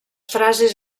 frases